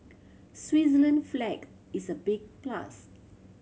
Switzerland flag is a big plus